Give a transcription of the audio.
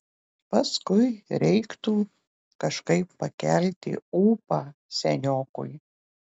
paskui reiktų kažkaip pakelti ūpą seniokui